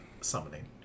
summoning